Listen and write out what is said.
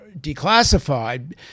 declassified